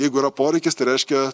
jeigu yra poreikis tai reiškia